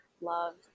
love